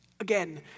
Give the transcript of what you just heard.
Again